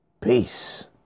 Peace